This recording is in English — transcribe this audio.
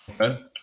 okay